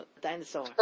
dinosaur